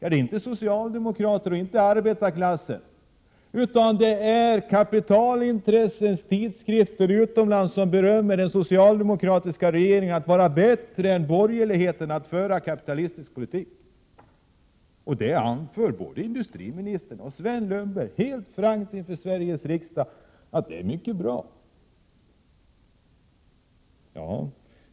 Det är inte socialdemokrater och det är inte arbetarklassen, utan det är kapitalintressenas tidskrifter utomlands som berömmer den socialdemokratiska regeringen och säger att den är bättre än borgerligheten på att föra kapitalistisk politik. Både industriministern och Sven Lundberg anför helt frankt inför Sveriges riksdag att detta är mycket bra.